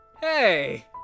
Hey